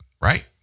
right